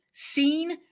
Seen